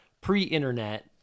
pre-internet